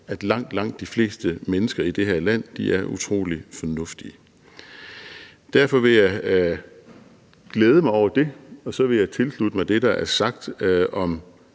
langt de fleste mennesker i det her land er utrolig fornuftige. Derfor vil jeg glæde mig over det, og så vil jeg tilslutte mig det, der er sagt om